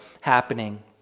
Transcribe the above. happening